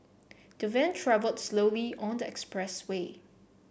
the van travelled slowly on the express way